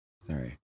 Sorry